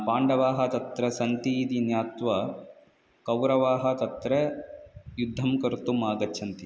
पाण्डवाः तत्र सन्तीति ज्ञात्वा कौरवाः तत्र युद्धं कर्तुम् आगच्छन्ति